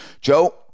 Joe